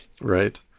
Right